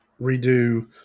redo